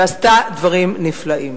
ועשתה דברים נפלאים.